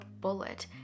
bullet